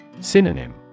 Synonym